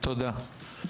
תודה.